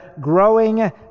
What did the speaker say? growing